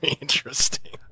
interesting